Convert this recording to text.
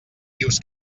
dius